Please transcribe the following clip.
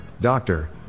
doctor